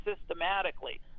systematically